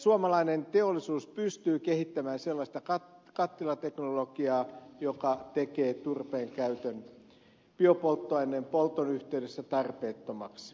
suomalainen teollisuus pystyy kehittämään sellaista kattilateknologiaa joka tekee turpeen käytön biopolttoaineen polton yhteydessä tarpeettomaksi